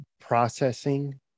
processing